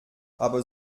aber